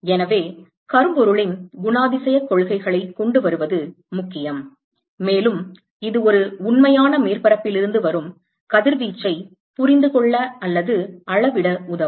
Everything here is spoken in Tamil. எனவே கரும்பொருளின் குணாதிசயக் கொள்கைகளைக் கொண்டு வருவது முக்கியம் மேலும் இது ஒரு உண்மையான மேற்பரப்பில் இருந்து வரும் கதிர்வீச்சைப் புரிந்துகொள்ள அல்லது அளவிட உதவும்